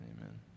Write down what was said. Amen